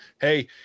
Hey